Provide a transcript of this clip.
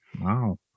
wow